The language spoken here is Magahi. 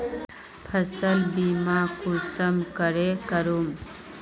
फसल बीमा कुंसम करे करूम?